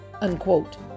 unquote